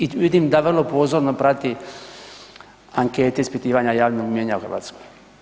I vidim da vrlo pozorno prati ankete ispitivanja javnog mijenja u Hrvatskoj.